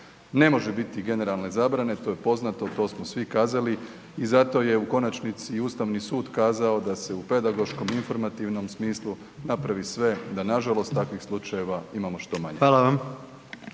Ne može biti generalne zabrane, to je poznato, to smo svi kazali i zato je u konačnici i Ustavni sud kazao da se u pedagoškom informativnom smislu napravi sve da nažalost takvih slučajeva imamo što manje.